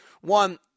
One